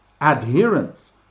adherence